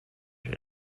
and